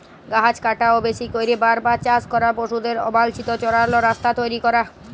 গাহাচ কাটা, বেশি ক্যইরে বার বার চাষ ক্যরা, পশুদের অবাল্ছিত চরাল, রাস্তা তৈরি ক্যরা